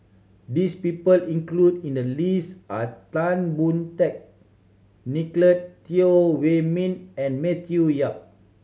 this people included in the list are Tan Boon Teik Nicolette Teo Wei Min and Matthew Yap